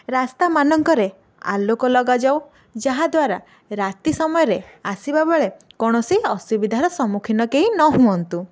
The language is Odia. ରାସ୍ତାମାନଙ୍କରେ ଆଲୋକ ଲଗାଯାଉ ଯାହାଦ୍ୱାରା ରାତି ସମୟରେ ଆସିବା ବେଳେ କୌଣସି ଅସୁବିଧାର ସମ୍ମୁଖୀନ କେହି ନ ହୁଅନ୍ତୁ